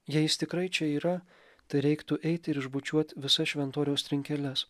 jei jis tikrai čia yra tai reiktų eit ir išbučiuot visas šventoriaus trinkeles